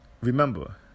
Remember